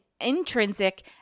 intrinsic